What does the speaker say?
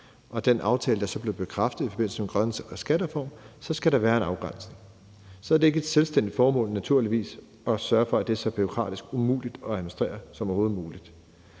og den aftale, der så blev bekræftet i forbindelse med den grønne skattereform, så skal der være en afgrænsning, og så er det ikke et selvstændigt formål, naturligvis, at sørge for, at det er så bureaukratisk umuligt at administrere som overhovedet muligt.